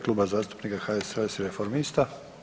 Kluba zastupnika HSLS-a i Reformista.